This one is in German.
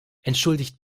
entschuldigt